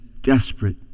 desperate